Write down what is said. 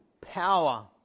power